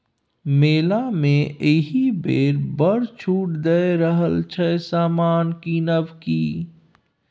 मेला मे एहिबेर बड़ छूट दए रहल छै समान किनब कि?